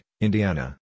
Indiana